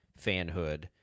fanhood